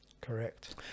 Correct